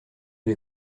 les